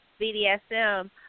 BDSM